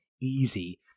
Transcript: easy